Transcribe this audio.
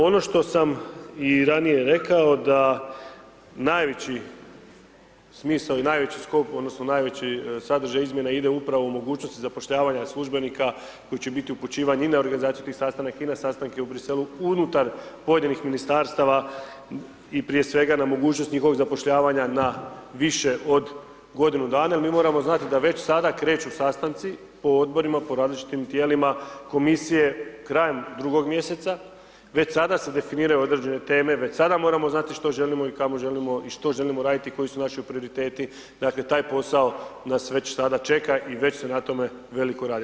Ono što sam i ranije rekao da najveći smisao i najveći skok odnosno najveći sadržaj izmjena ide upravo u mogućnosti zapošljavanja službenika koji će biti upućivani i na organizaciju tih sastanaka i na sastanke u Briselu unutar pojedinih Ministarstava i prije svega, na mogućnosti njihovog zapošljavanja na više od godinu dana jel mi moramo znati da već sada kreću sastanci po Odborima, po različitim tijelima, komisije krajem drugog mjeseca već sada se definiraju određene teme, već sada moramo znati što želimo i kamo želimo i što želimo raditi i koji su naši prioriteti, dakle, taj posao nas već sada čeka i već se na tome veliko radi.